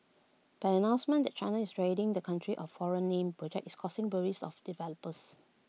but an announcement that China is ridding the country of foreign name projects is causing worries to developers